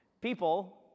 people